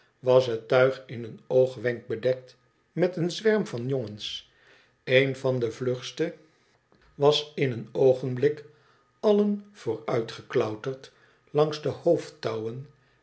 was het tuig in een oogwenk bedekt met een zwerm van jongens een van de vlugste was in een oogenblik allen vooruitgeklauterd langs de hoofdtouwen